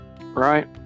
right